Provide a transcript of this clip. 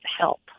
help